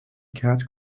cat